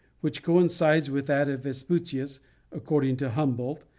which coincides with that of vespucius according to humboldt,